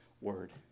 word